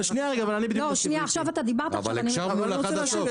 שנייה עכשיו אתה דיברת אני רוצה להשיב.